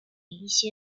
一些